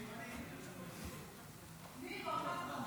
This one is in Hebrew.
הולכת,